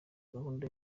gahunda